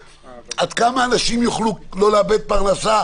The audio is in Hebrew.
עד כמה אנשים יוכלו לא לאבד פרנסה,